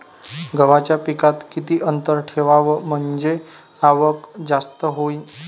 गव्हाच्या पिकात किती अंतर ठेवाव म्हनजे आवक जास्त होईन?